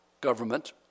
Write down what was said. government